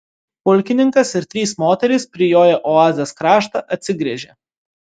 pulkininkas ir trys moterys prijoję oazės kraštą atsigręžė